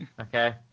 okay